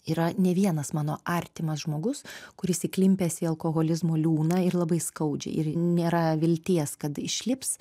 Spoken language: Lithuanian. yra ne vienas mano artimas žmogus kuris įklimpęs į alkoholizmo liūną ir labai skaudžiai ir nėra vilties kad išlips